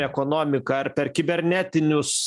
ekonomiką ar per kibernetinius